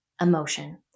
emotion